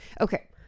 Okay